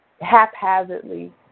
haphazardly